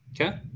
Okay